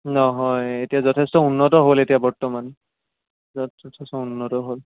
নহয় এতিয়া যথেষ্ট উন্নত হ'ল এতিয়া বৰ্তমান য'ত যথেষ্ট উন্নত হ'ল